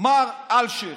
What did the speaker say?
מר אלשיך?